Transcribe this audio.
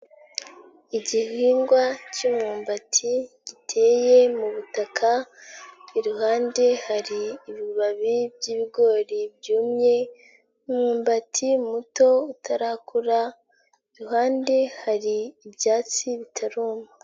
Igihingwa k'imyumbati giteye mu butaka, iruhande hari ibibabi by'ibigori byumye, umwumbati muto utarakura, iruhande hari ibyatsi bitaruma.